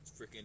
freaking